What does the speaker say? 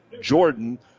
Jordan